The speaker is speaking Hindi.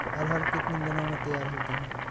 अरहर कितनी दिन में तैयार होती है?